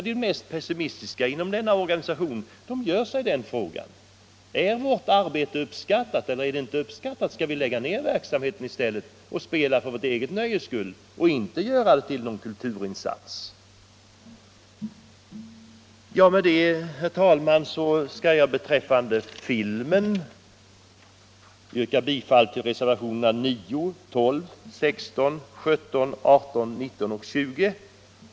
De mest pessimistiska inom denna organisation frågar sig: Är vårt arbete uppskattat eller inte? Skall vi lägga ned den offentliga konsertverksamheten och spela för vårt eget nöjes skull och inte göra någon kulturinsats? Herr talman! Beträffande filmen ber jag att få yrka bifall till reservationerna 9, 12, 16, 17, 18, 19 och 20.